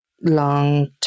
long